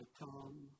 come